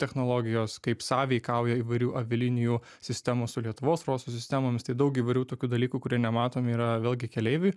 technologijos kaip sąveikauja įvairių avialinijų sistemos su lietuvos su sistemomis tai daug įvairių tokių dalykų kurie nematomi yra vėlgi keleiviui